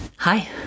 Hi